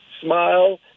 smile